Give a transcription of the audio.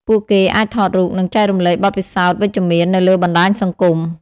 ពួកគេអាចថតរូប និងចែករំលែកបទពិសោធន៍វិជ្ជមាននៅលើបណ្តាញសង្គម។